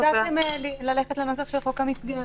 הצעתם ללכת על הנוסח של חוק המסגרת.